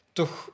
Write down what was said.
toch